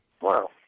Wow